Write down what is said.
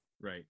right